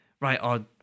right